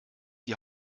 die